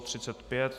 35.